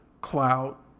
clout